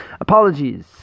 apologies